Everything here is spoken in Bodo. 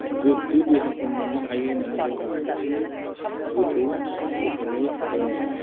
गोग्गो देहाखौ मोन्नो हायो होन्नानै जोंहा गोथौ फोथायनाय दङ